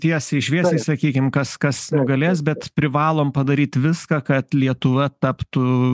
tiesiai šviesiai sakykim kas kas nugalės bet privalom padaryt viską kad lietuva taptų